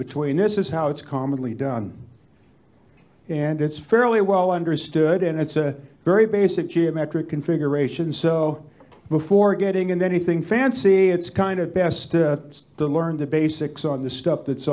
between this is how it's commonly done and it's fairly well understood and it's a very basic geometric configuration so before getting into anything fancy it's kind of best to learn the basics on the stuff that's